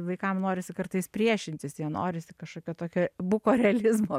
vaikam norisi kartais priešinsis jie norisi kažkokio tokio buko realizmo